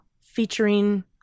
featuring